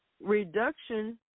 reduction